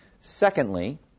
Secondly